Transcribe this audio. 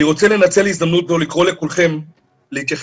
אני רוצה לנצל הזדמנות זו ולקרוא לכולכם להתייחס,